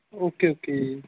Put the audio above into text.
okay okay